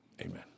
amen